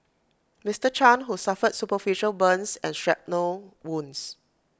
Mister chan who suffered superficial burns and shrapnel wounds